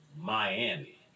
Miami